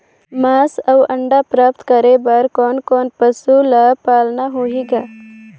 मांस अउ अंडा प्राप्त करे बर कोन कोन पशु ल पालना होही ग?